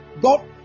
God